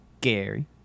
gary